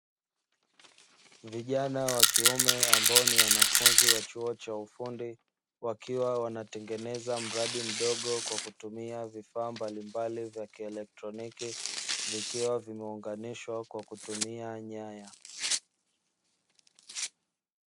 Vijana wa kiume ambao ni wanafunzi wa chuo cha ufundi, wakiwa wanatengeneza mradi mdogo kwa kutumia vifaa mbalimbali vya kieletroniki vikiwa vimeunganishwa kwa kutumia nyaya.